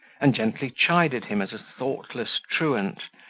and gently chided him as a thoughtless truant,